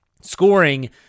scoring